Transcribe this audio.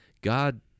god